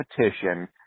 competition